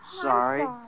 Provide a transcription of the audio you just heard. Sorry